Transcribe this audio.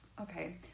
okay